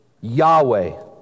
Yahweh